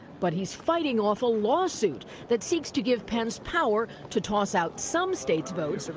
but, he's fighting off a lawsuit, that seeks to give pence power to toss out some states' votes.